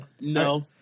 No